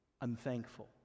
unthankful